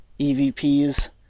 evps